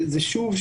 זה שוב,